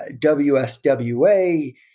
WSWA